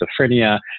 schizophrenia